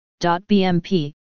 .bmp